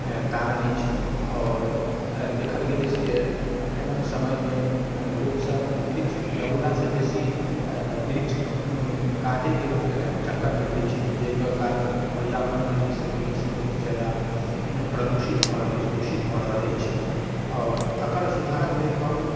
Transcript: कारण अछि आओर देखल गेल अछि जे एखनके समयमे लोकसब वृक्ष लगौलासँ बेसी वृक्ष काटैके चक्करमे रहै छै जाहि कारण पर्यावरण जे छै से पहिलेसँ बहुत ज्यादा प्रदूषित भऽ रहल अछि दूषित भऽ रहल अछि आओर एकर सुधारके लेल हम